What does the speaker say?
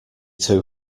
too